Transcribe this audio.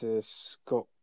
Scott